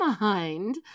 mind